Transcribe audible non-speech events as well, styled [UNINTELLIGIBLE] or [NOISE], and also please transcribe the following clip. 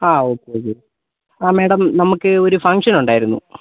ആ ഓക്കെ [UNINTELLIGIBLE] ആ മാഡം നമുക്ക് ഒരു ഫംഗ്ഷൻ ഉണ്ടായിരുന്നു